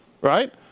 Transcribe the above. right